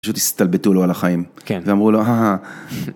פשוט הסתלבטו לו על החיים, כן ואמרו לו.